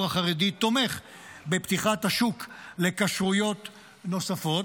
החרדי תומך בפתיחת השוק לכשרויות נוספות,